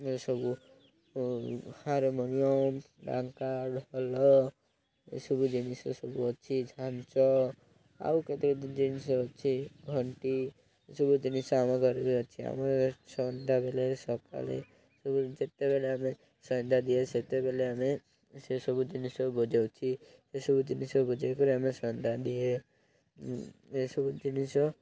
ଏ ସବୁ ହାରମୋନିୟମ ଡ଼ାଙ୍କା ଢ଼ୋଲ ଏସବୁ ଜିନିଷ ସବୁ ଅଛି ଝାଞ୍ଚ ଆଉ କେତେ କେତେ ଜିନିଷ ଅଛି ଘଣ୍ଟି ଏସବୁ ଜିନିଷ ଆମ ଘରେ ବି ଅଛି ଆମେ ସନ୍ଧ୍ୟାବେଲେ ସକାଲେ ଯେତେବେଲେ ଆମେ ସନ୍ଧ୍ୟା ଦିଏ ସେତେବେଲେ ଆମେ ସେସବୁ ଜିନିଷ ବଜଉଛି ଏସବୁ ଜିନିଷ ବଜେଇକରି ଆମେ ସନ୍ଧ୍ୟା ଦିଏ ଏସବୁ ଜିନିଷ